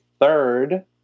third